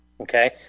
okay